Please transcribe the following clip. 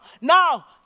Now